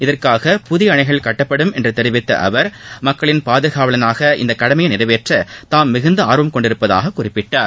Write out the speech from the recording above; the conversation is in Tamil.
இதற்காக புதிய அணைகள் கட்டப்படும் என்று தெரிவித்த அவர் மக்களின் பாதுகாவலனாக இந்த கடமையை நிறைவேற்ற தாம் மிகுந்த ஆர்வம் கொண்டுள்ளதாக குறிப்பிட்டார்